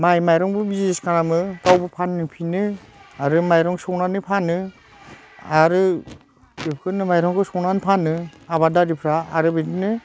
माइ माइरंबो बिजिनेस खालामो गावबो फाननो फिनो आरो माइरं सौनानै फानो आरो बेफोरखौनो माइरंखौ सौनानै फानो आबादारिफ्रा आरो बिदिनो